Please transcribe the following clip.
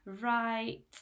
right